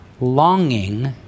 longing